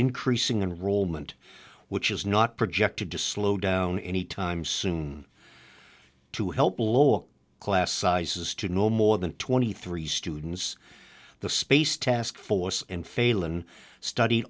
increasing in roll meant which is not projected to slow down any time soon to help lower class sizes to no more than twenty three students the space taskforce and failon study